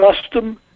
custom